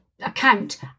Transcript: account